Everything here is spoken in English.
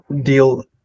deal